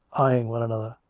eyeing one another.